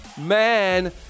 man